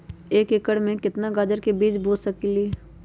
एक एकर खेत में केतना गाजर के बीज बो सकीं ले?